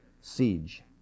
siege